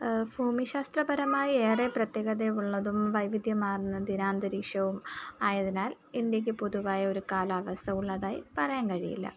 ഭൂമിശാസ്ത്രപരമായി ഏറെ പ്രത്യേകത ഉള്ളതും വൈവിധ്യമാർന്ന ദിനാന്തരീക്ഷവും ആയതിനാൽ ഇന്ത്യക്ക് പൊതുവായൊരു കാലാവസ്ഥ ഉള്ളതായി പറയാൻ കഴിയില്ല